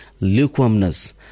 lukewarmness